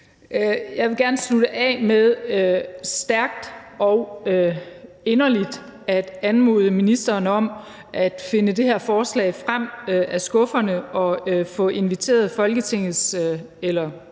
Jeg vil gerne slutte af med stærkt og inderligt at anmode ministeren om at finde det forslag frem af skufferne og få inviteret Folketingets